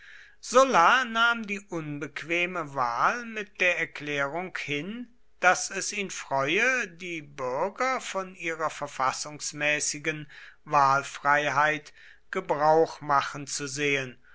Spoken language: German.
sulla nahm die unbequeme wahl mit der erklärung hin daß es ihn freue die bürger von ihrer verfassungsmäßigen wahlfreiheit gebrauch machen zu sehen